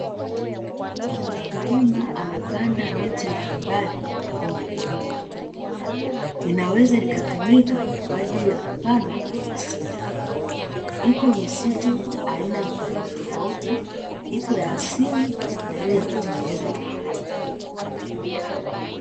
Mkulima amepanda miche mbalimbali kwenye viriba. Inaweza ikatumika kwa ajili ya kupandwa kwenye misitu. Iko misitu aina tofauti tofauti, ipo ya asili na ile ya kutengeneza na watu.